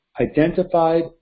Identified